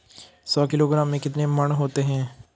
सौ किलोग्राम में कितने मण होते हैं?